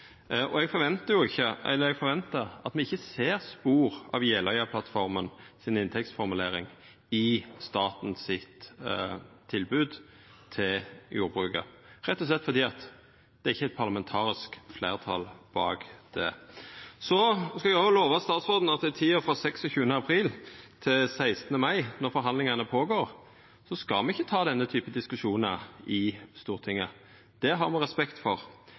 inntektsmål. Eg forventar at me ikkje ser spor av inntektsformuleringa i Jeløya-plattforma i staten sitt tilbod til jordbruket, rett og slett fordi det ikkje er eit parlamentarisk fleirtal bak det. Eg skal òg lova statsråden at i tida frå 26. april til 16. mai, når forhandlingane pågår, skal me ikkje ta denne typen diskusjonar i Stortinget. Det har me respekt for.